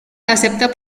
acepta